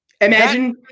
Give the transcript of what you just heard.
imagine